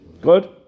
Good